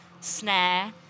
snare